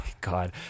God